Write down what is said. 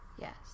Yes